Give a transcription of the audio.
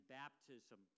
baptism